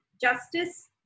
justice